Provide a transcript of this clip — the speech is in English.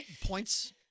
points